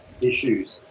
issues